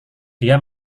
dia